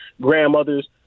grandmothers